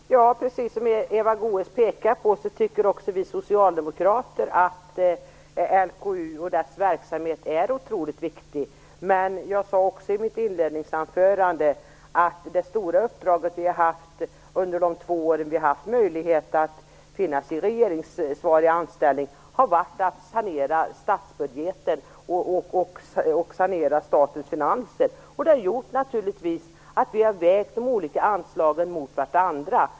Fru talman! Precis som Eva Goës påpekar tycker även vi socialdemokrater att LKU och dess verksamhet är otroligt viktig. Men jag sade också i mitt inledningsanförande att vårt stora uppdrag under våra två år i regeringsansvarig ställning har varit att sanera statsbudgeten och statens finanser. Det har naturligtvis gjort att vi har vägt de olika anslagen mot varandra.